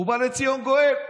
ובא לציון גואל.